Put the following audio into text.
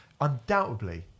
undoubtedly